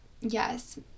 Yes